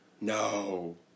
No